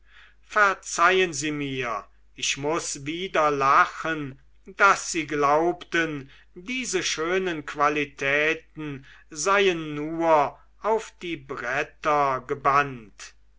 verzeihen sie mir ich muß wieder lachen daß sie glaubten diese schönen qualitäten seien nur auf die bretter gebannt